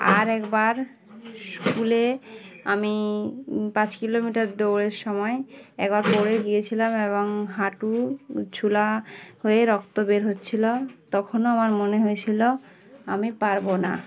আর একবার স্কুলে আমি পাঁচ কিলোমিটার দৌড়ের সময় একবার পরে গিয়েছিলাম এবং হাঁটু ছিলে হয়ে রক্ত বের হচ্ছিলো তখনও আমার মনে হয়েছিলো আমি পারবো না